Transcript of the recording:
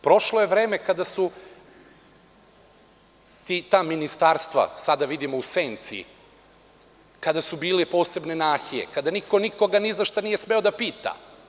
Prošlo je vreme kada su ta ministarstva, sada vidimo u senci, kada su bile posebne nahije, kada niko nikoga ni za šta nije smeo da pita.